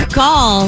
call